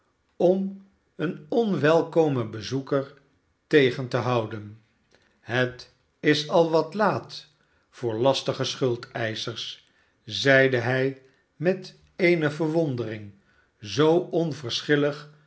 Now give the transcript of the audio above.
om een onwelkomen bezoeker tegen te houden het is al wat laat voor een lastigen schuldeischer zeide hij met eene verwondering zoo